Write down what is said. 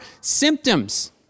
symptoms